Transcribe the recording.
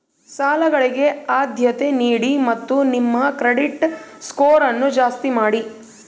ಸಾಲಗಳಿಗೆ ಆದ್ಯತೆ ನೀಡಿ ಮತ್ತು ನಿಮ್ಮ ಕ್ರೆಡಿಟ್ ಸ್ಕೋರನ್ನು ಜಾಸ್ತಿ ಮಾಡಿ